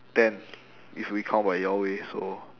ten if we count by your way so